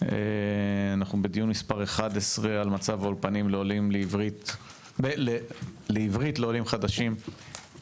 אנחנו בדיון מספר 11 על מצב אולפני העברית לעולים חדשים,